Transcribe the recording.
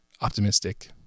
optimistic